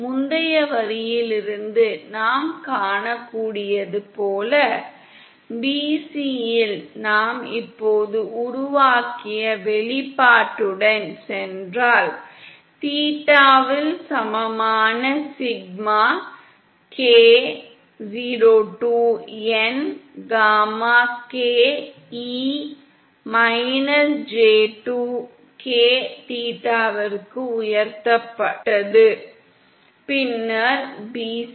முந்தைய வரியிலிருந்து நாம் காணக்கூடியது போல bc யில் நாம் இப்போது உருவாக்கிய வெளிப்பாட்டுடன் சென்றால் தீட்டாவில் சமமான sigma k 02 n gamma k e j2 k தீட்டாவிற்கு உயர்த்தப்பட்டது பின்னர் bc